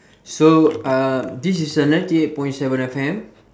so uh this is a ninety eight point seven F_M